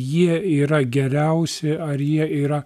jie yra geriausi ar jie yra